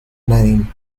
name